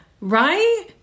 right